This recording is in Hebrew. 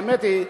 האמת היא,